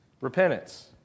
Repentance